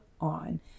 on